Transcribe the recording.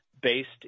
based